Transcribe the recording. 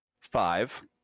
five